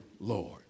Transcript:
Lord